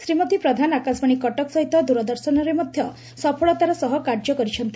ଶ୍ରୀମତୀ ପ୍ରଧାନ ଆକାଶବାଶୀ କଟକ ସହିତ ଦିରଦର୍ଶନରେ ମଧ ସଫଳତାର ସହ କାର୍ଯ୍ୟ କରିଛନ୍ତି